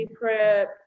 prep